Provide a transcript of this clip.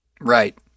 Right